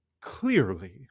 clearly